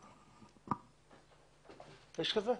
לפני כן,